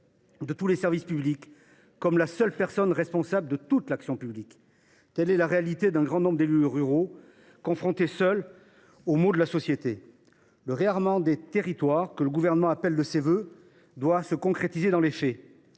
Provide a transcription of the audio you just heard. de tous les services publics, la personne responsable de toute l’action publique. Voilà la réalité d’un grand nombre d’élus ruraux, confrontés seuls aux maux de la société. Le « réarmement des territoires », que le Gouvernement appelle de ses vœux, doit se concrétiser dans les faits.